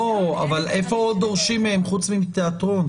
איפה עוד דורשים מהם חוץ מתיאטרון?